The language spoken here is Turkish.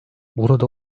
burada